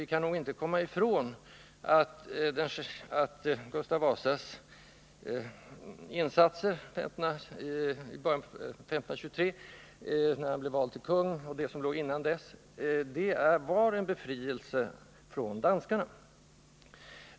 Vi kan nog inte komma ifrån att Gustav Vasas insatser innan han 1523 blev vald till kung innebar en befrielse från det danska väldet.